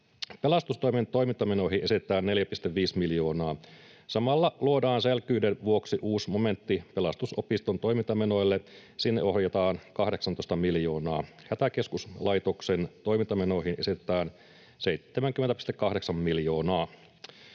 Pelastustoimen toimintamenoihin esitetään 4,5 miljoonaa. Samalla luodaan selvyyden vuoksi uusi momentti Pelastusopiston toimintamenoille. Sinne ohjataan 18 miljoonaa. Hätäkeskuslaitoksen toimintamenoihin esitetään 70,8 miljoonaa.